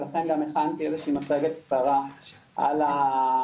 ולכן גם הכנתי איזו שהיא מצגת קצרה על הנושא